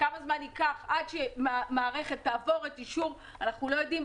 כמה זמן ייקח עד שמערכת תעבור אישור אנחנו לא יודעים,